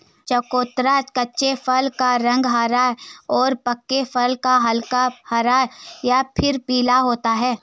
चकोतरा कच्चे फल का रंग हरा और पके हुए का हल्का हरा या फिर पीला होता है